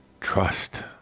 trust